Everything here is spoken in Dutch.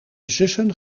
zussen